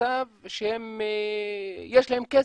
במצב שיש להם כסף,